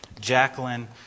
Jacqueline